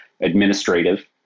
administrative